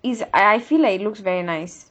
is I I feel like it looks very nice